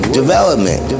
development